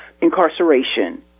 incarceration